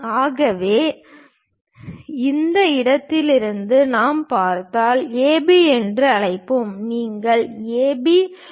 ஆகவே இந்த இடத்திலிருந்து நாம் பார்த்தால் ஏபி என்று அழைப்போம் நீளம் AB W